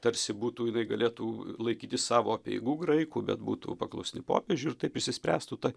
tarsi būtų jinai galėtų laikytis savo apeigų graikų bet būtų paklusni popiežiui ir tai išsispręstų ta